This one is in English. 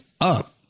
up